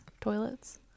toilets